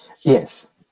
Yes